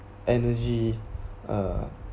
energy uh